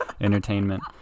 entertainment